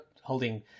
Holding